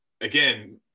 again